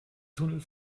tunnel